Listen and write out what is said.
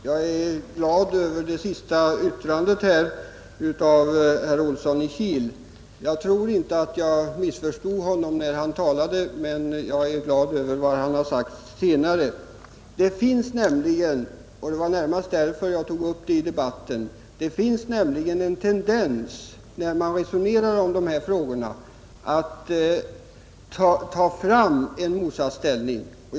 Herr talman! Jag är glad över det senaste yttrandet av herr Olsson i Kil. Jag tror inte att jag missförstod honom när han talade, men jag är ändå glad över vad han har sagt senare. Det finns nämligen — det var närmast därför jag tog upp det i debatten — en tendens när man resonerar om dessa frågor att ta fram en motsatsställning.